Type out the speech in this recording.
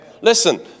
Listen